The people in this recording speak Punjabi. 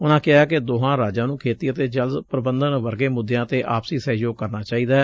ਉਨਾਂ ਕਿਹਾ ਕਿ ਦੋਹਾਂ ਰਾਜਾਂ ਨੂੰ ਖੇਤੀ ਅਤੇਂ ਜਲ ਪ੍ਰਬੰਧਨ ਵਰਗੇ ਮੁੱਦਿਆਂ ਤੇ ਆਪਸੀ ਸਹਿਯੋਗ ਕਰਨਾ ਚਾਹੀਦੈ